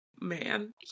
man